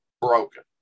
broken